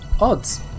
Odds